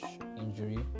injury